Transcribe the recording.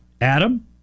adam